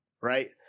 right